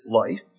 life